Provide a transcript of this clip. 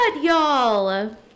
y'all